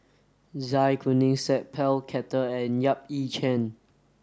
Zai Kuning Sat Pal Khattar and Yap Ee Chian